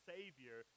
Savior